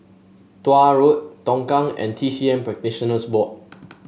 Tuah Road Tongkang and T C M Practitioners Board